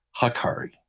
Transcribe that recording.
Hakari